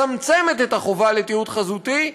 היא מצמצמת את החובה לתיעוד חזותי,